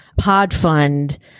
PodFund